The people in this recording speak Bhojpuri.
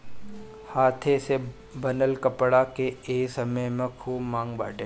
हाथे से बनल कपड़ा के ए समय में खूब मांग बाटे